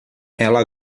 ela